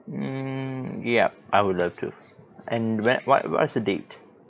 mm ya I would love to and whe~ what what is the date